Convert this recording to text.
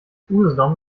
usedom